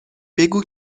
بگو